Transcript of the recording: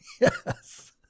Yes